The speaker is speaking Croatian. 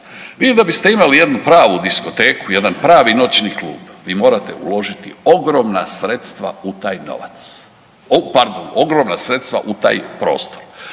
Vi da biste imali jednu pravu diskoteku, jedan pravi noćni klub vi morate uložiti ogromna sredstva u taj novac,